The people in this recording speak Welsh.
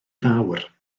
fawr